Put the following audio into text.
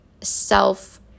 self